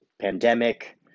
Pandemic